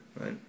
right